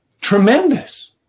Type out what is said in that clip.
Tremendous